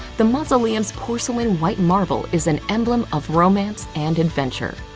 the mausoleum's porcelain white marble is an emblem of romance and adventure.